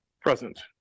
Present